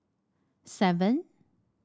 seven